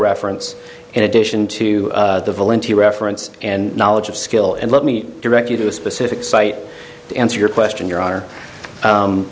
reference in addition to the volunteer reference and knowledge of skill and let me direct you to a specific site to answer your question your honor